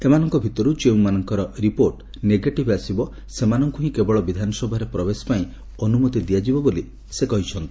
ଏମାନଙ୍କ ଭିତରୁ ଯେଉଁମାନଙ୍କର ରିପୋର୍ଟ ନେଗେଟିଭ୍ ଆସିବ ସେମାନଙ୍କୁ ହି କେବଳ ବିଧାନସଭାରେ ପ୍ରବେଶ ପାଇଁ ଅନୂମତି ଦିଆଯିବ ବୋଲି ସେ କହିଛନ୍ତି